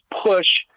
push